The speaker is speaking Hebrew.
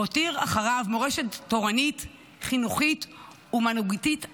והותיר אחריו מורשת תורנית חינוכית ומנהיגותית עצומה.